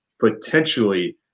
potentially